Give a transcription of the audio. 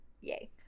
Yay